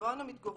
בו אנו מתגוררים,